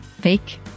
fake